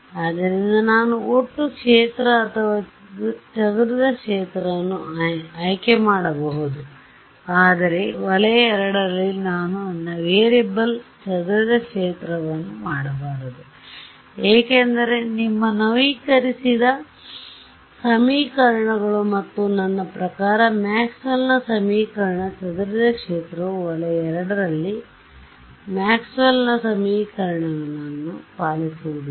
ಆದ್ದರಿಂದ ನಾನು ಒಟ್ಟು ಕ್ಷೇತ್ರ ಅಥವಾ ಚದುರಿದ ಕ್ಷೇತ್ರವನ್ನು ಆಯ್ಕೆ ಮಾಡಬಹುದು ಆದರೆ ವಲಯ II ರಲ್ಲಿ ನಾನು ನನ್ನ ವೇರಿಯಬಲ್ ಚದುರಿದ ಕ್ಷೇತ್ರವನ್ನು ಮಾಡಬಾರದು ಏಕೆಂದರೆ ನಿಮ್ಮ ನವೀಕರಿಸಿದ ಸಮೀಕರಣಗಳು ಮತ್ತು ನನ್ನ ಪ್ರಕಾರ ಮ್ಯಾಕ್ಸ್ವೆಲ್ನ ಸಮೀಕರಣ ಚದುರಿದ ಕ್ಷೇತ್ರವು ವಲಯ II ರಲ್ಲಿ ಮ್ಯಾಕ್ಸ್ವೆಲ್ನ ಸಮೀಕರಣಗಳನ್ನು ಪಾಲಿಸುವುದಿಲ್ಲ